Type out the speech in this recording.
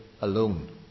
alone